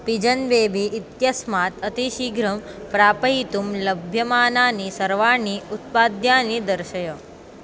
pigeon baby इत्यस्मात् अतिशीघ्रं प्रापयितुं लभ्यमानानि सर्वाणि उत्पाद्यानि दर्शय